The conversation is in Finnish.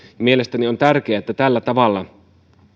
mielestäni on tärkeää että tällä tavalla